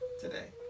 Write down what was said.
today